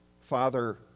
Father